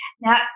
now